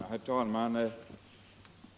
Herr talman!